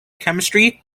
chemistry